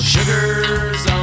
Sugar's